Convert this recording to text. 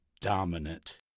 dominant